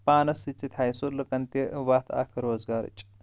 پانَس سۭتۍ سۭتۍ ہایہِ سُہ لُکَن تہِ وَتھ اَکھ روزگارٕچ